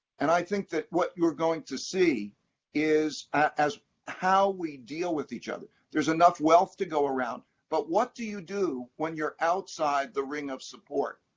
and i think that what you're going to see is how we deal with each other. there's enough wealth to go around. but what do you do when you're outside the ring of support?